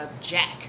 jack